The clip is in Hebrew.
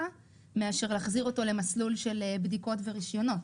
מאשר להחזיר אותו למסלול של בדיקות ורישיונות,